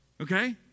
Okay